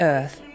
Earth